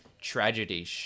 tragedy